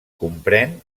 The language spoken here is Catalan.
comprèn